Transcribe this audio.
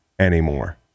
Anymore